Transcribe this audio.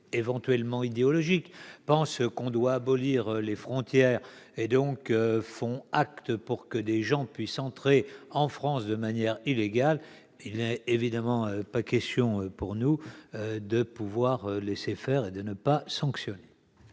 éventuellement, idéologiques, pensent qu'on doit abolir les frontières et agissent pour que des gens puissent entrer en France de manière illégale, il n'est évidemment pas question pour nous de les laisser faire et de ne pas les sanctionner.